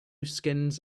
skins